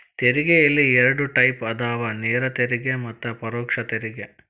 ತೆರಿಗೆಯಲ್ಲಿ ಎರಡ್ ಟೈಪ್ ಅದಾವ ನೇರ ತೆರಿಗೆ ಮತ್ತ ಪರೋಕ್ಷ ತೆರಿಗೆ